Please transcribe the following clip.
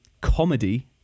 comedy